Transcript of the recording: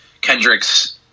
Kendrick's